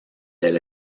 del